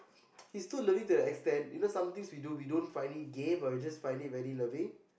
he's too lovey to an extent you know some thing we do we don't find it gay but we just find it very loving